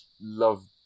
love